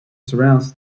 surrounds